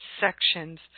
sections